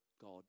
God